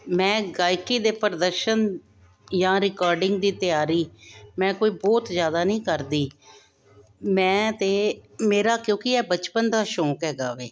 ਮੈਂ ਗਾਇਕੀ ਦੇ ਪ੍ਰਦਰਸ਼ਨ ਯਾਂ ਰਿਕਾਰਡਿੰਗ ਦੀ ਤਿਆਰੀ ਮੈਂ ਕੋਈ ਬਹੁਤ ਜਿਆਦਾ ਨਹੀਂ ਕਰਦੀ ਮੈਂ ਤੇ ਮੇਰਾ ਕਿਉਂਕਿ ਇਹ ਬਚਪਨ ਦਾ ਸ਼ੌਂਕ ਹੈਗਾ ਵੇ